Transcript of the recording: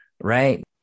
right